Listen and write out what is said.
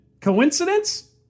Coincidence